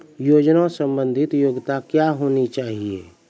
योजना संबंधित योग्यता क्या होनी चाहिए?